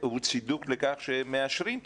צידוק לכך שמאשרים תל"ן?